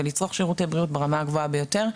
ולצרוך שירותי בריאות ברמה הגבוהה ביותר.